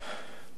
אדוני היושב-ראש,